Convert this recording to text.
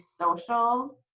social